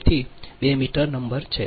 તેથી તે motor number 2 છે